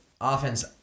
offense